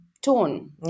tone